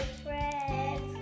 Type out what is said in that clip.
friends